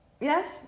Yes